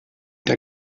der